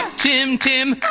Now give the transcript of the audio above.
tim tim